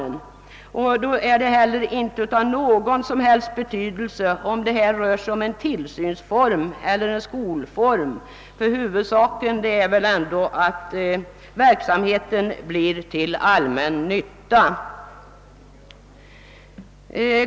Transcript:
Då har det inte heller någon som helst betydelse, om det här rör sig om en tillsynsform eller en skolform, ty huvudsaken är väl ändå att verksamheten blir till allmän nytta.